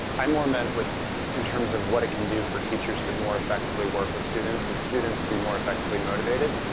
i more meant with in terms of what it can do for teachers to more effectively work with students and students to be more effectively motivated.